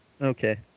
Okay